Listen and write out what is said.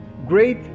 great